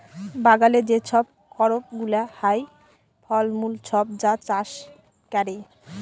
বাগালে যে ছব করপ গুলা হ্যয়, ফল মূল ছব যা চাষ ক্যরে